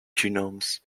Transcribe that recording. genomes